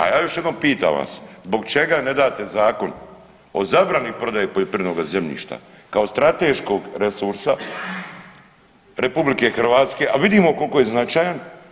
A ja još jednom pitam vas zbog čega ne date zakon o zabrani prodaje poljoprivrednoga zemljišta kao strateškog resursa RH, a vidimo koliko je značajan.